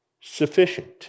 sufficient